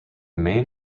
main